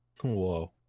whoa